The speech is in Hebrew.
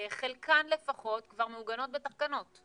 חלקן לפחות כבר מעוגנות בתקנות,